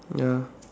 ya